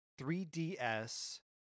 3ds